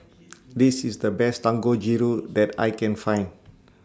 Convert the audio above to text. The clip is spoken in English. This IS The Best Dangojiru that I Can Find